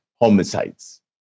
homicides